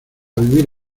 vivir